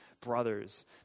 brothers